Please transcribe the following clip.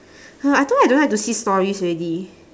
I told you I don't like to see stories already